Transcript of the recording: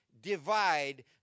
divide